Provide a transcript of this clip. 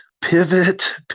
pivot